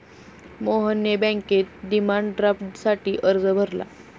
मोहनने बँकेत डिमांड ड्राफ्टसाठी अर्ज भरला